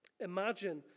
imagine